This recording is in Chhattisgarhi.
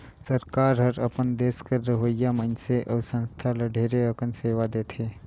सरकार हर अपन देस कर रहोइया मइनसे अउ संस्था ल ढेरे अकन सेवा देथे